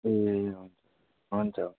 ए हजुर हुन्छ